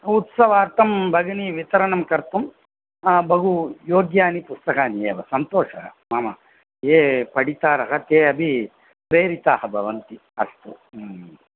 उत्सवार्थं भगिनि वितरणं कर्तुं बहु योग्यानि पुस्तकानि एव सन्तोषः मम ये पठितारः ते अपि प्रेरिताः भवन्ति अस्तु